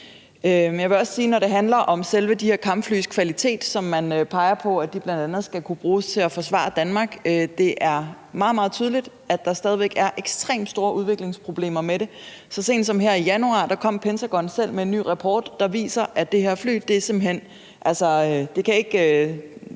Jeg vil også, når der peges på de her kampflys kvalitet, i forbindelse med at de bl.a. skal kunne bruges til at forsvare Danmark, sige, at det er meget, meget tydeligt, at der stadig er ekstremt store udviklingsproblemer med dem. Så sent som her i januar kom Pentagon selv med en ny rapport, der viser, at de her flys computersystemer